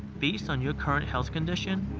based on your current health condition,